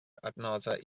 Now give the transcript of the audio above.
adnoddau